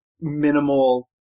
minimal